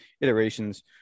iterations